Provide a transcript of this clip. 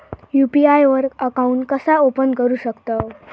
UPI वर account कसा open करू शकतव?